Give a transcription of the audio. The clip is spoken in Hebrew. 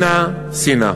שנאה, שנאה.